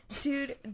Dude